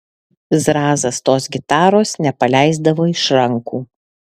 zrazas tos gitaros nepaleisdavo iš rankų